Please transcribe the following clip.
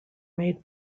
made